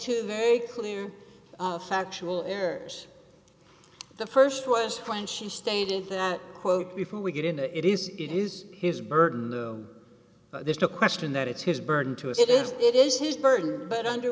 two very clear factual errors the st was when she stated that quote before we get into it is it is his burden there's no question that it's his burden to us it is it is his burden but under